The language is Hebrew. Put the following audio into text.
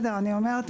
לא מדבר על הפרוצדורה.